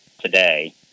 today